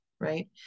right